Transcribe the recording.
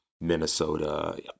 Minnesota